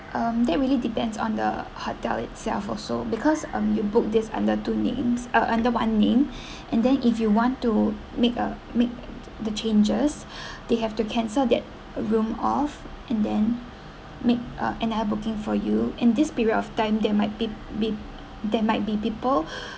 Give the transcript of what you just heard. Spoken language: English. um that really depends on the hotel itself also because um you book this under two names uh under one name and then if you want to make a make the changes they have to cancel that room off and then make a another booking for you and this period of time they might be be there might be people